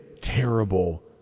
terrible